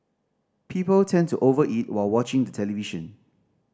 people tend to over eat while watching the television